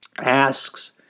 asks